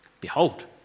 behold